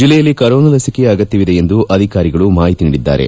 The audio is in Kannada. ಜಲ್ಲೆಯಲ್ಲಿ ಕೋರೋನಾ ಲಸಿಕೆಯ ಅಗತ್ಯವಿದೆ ಎಂದು ಅಧಿಕಾರಿಗಳು ಮಾಹಿತಿ ನೀಡಿದ್ದಾರೆ